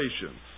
patience